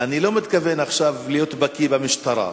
אני לא מתכוון עכשיו להיות פקיד במשטרה,